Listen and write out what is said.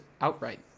outright